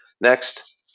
next